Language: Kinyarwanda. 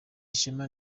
ishema